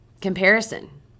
Comparison